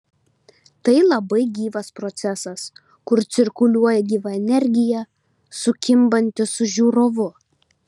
tai labai gyvas procesas kur cirkuliuoja gyva energija sukimbanti su žiūrovu